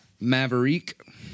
Maverick